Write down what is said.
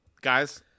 guys